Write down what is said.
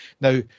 Now